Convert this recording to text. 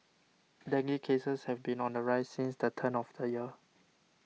dengue cases have been on the rise since the turn of the year